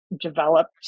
developed